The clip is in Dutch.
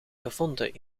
gevonden